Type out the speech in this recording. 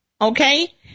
Okay